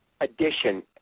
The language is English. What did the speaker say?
addition